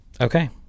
Okay